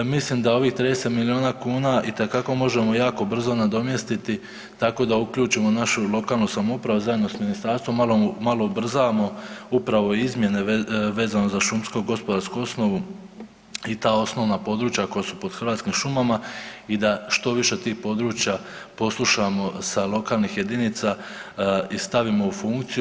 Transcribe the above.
Mislim da ovih 30 miliona kuna itekako možemo jako brzo nadomjestiti tako da uključimo našu lokalnu samoupravu zajedno sa ministarstvom, malo ubrzamo upravo izmjene vezano za šumsku gospodarsku osnovu i ta osnovna područja koja su pod Hrvatskim šumama i da što više tih područja poslušamo sa lokalnih jedinica i stavimo u funkciju.